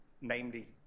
namely